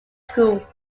school